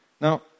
Now